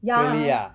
really ah